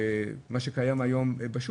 מה שקיים היום בשוק,